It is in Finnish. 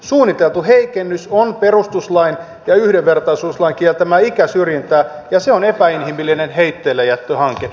suunniteltu heikennys on perustuslain ja yhdenvertaisuuslain kieltämää ikäsyrjintää ja epäinhimillinen heitteillejättöhanke